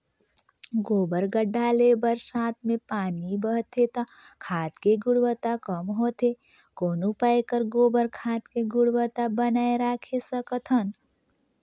गोबर गढ्ढा ले बरसात मे पानी बहथे त खाद के गुणवत्ता कम होथे कौन उपाय कर गोबर खाद के गुणवत्ता बनाय राखे सकत हन?